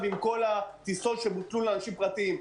עם כל הטיסות שבוטלו לאנשים פרטיים,